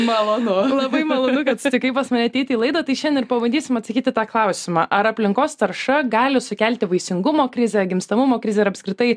malonu labai malonu kad sutikai pas mane ateiti į laidą tai šiandien ir pabandysim atsakyti į tą klausimą ar aplinkos tarša gali sukelti vaisingumo krizę gimstamumo krizę ir apskritai